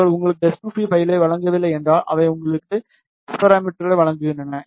அவர்கள் உங்களுக்கு எஸ்2பி பைலை வழங்கவில்லை என்றால் அவை உங்களுக்கு எஸ் பாராமீட்டர்களை வழங்குகின்றன